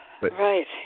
Right